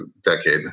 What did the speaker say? decade